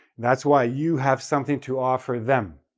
that's why you have something to offer them,